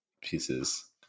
pieces